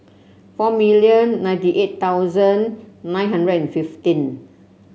four million ninety eight thousand nine hundred and fifteen